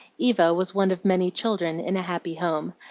eva was one of many children in a happy home,